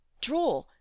Draw